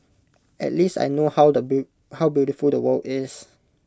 at least I know how beautiful the world is